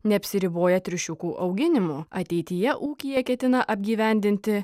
neapsiriboja triušiukų auginimu ateityje ūkyje ketina apgyvendinti